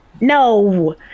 No